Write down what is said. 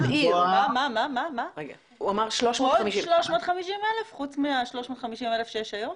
עוד 350,000, חוץ מה-350,000 שיש היום?